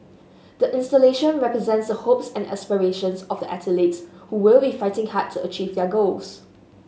the installation represents the hopes and aspirations of the athletes we will fighting hard to achieve their goals